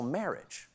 marriage